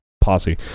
posse